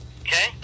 okay